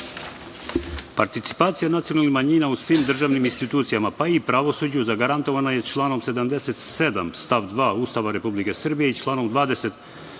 tužioca. Participacija nacionalnih manjina u svim državnim institucijama, pa i pravosuđu zagarantovana je članom 77. stav 2. Ustava Republike Srbije i članom 20.